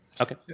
Okay